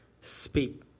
Speak